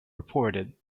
reported